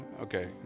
Okay